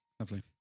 Lovely